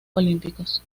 olímpicos